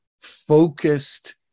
focused